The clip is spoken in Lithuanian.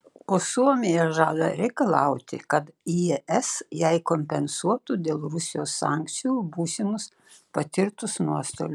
o suomija žada reikalauti kad es jai kompensuotų dėl rusijos sankcijų būsimus patirtus nuostolius